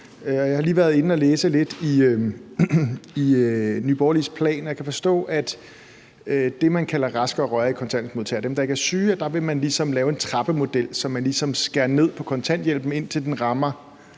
Jeg har lige været inde at læse lidt i Nye Borgerliges plan, og jeg kan forstå, at i forhold til det, man kalder raske og rørige kontanthjælpsmodtagere – dem, der ikke er syge – vil man lave en trappemodel, så man ligesom skærer ned på kontanthjælpen, indtil den rammer